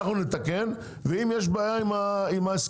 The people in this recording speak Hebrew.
אנחנו נתקן ואם יש בעיה עם ההסכמים